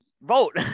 vote